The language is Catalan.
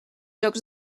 jocs